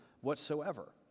whatsoever